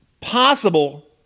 possible